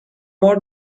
more